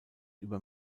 über